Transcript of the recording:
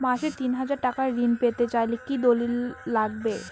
মাসে তিন হাজার টাকা ঋণ পেতে চাইলে কি দলিল লাগবে?